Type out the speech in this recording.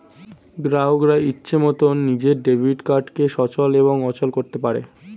গ্রাহকরা ইচ্ছে মতন নিজের ডেবিট কার্ডকে সচল এবং অচল করতে পারে